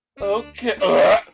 Okay